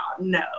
no